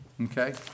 Okay